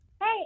Hey